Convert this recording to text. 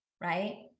right